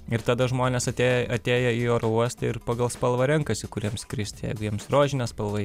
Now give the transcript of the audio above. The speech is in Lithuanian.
ir tada žmonės atėję atėję į oro uostą ir pagal spalvą renkasi kur jiems skristi jeigu jiems rožinė spalva